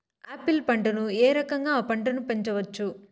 Apple పంటను ఏ రకంగా అ పంట ను పెంచవచ్చు?